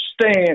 stand